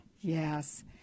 Yes